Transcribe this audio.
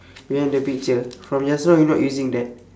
you have the picture from just now you not using that